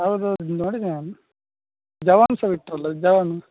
ಹೌದೌದು ನೋಡಿದೆ ನಾನು ಜವಾನ್ ಸಹ ಬಿಟ್ರಲ್ಲ ಜವಾನ್